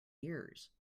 years